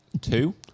Two